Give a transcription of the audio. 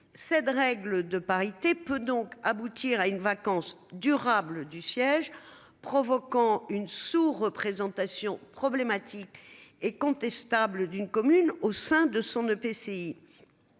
cède règle de parité peut donc aboutir à une vacance durable du siège, provoquant une sous-représentation problématique et contestable d'une commune au sein de son EPCI.